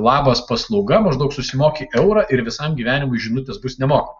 labas paslauga maždaug susimoki eurą ir visam gyvenimui žinutės bus nemokamai